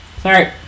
Sorry